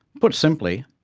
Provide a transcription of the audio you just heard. put simply,